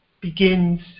begins